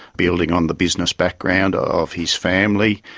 building on the business background of his family.